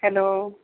hello